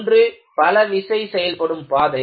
ஒன்று பலவிசை செயல்படும் பாதை